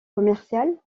commerciales